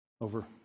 over